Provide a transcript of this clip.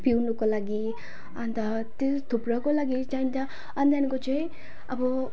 पिउनुको लागि अन्त त्यो थुप्रोको लागि चाहिन्छ अनि त्यहाँको चाहिँ अब